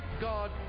God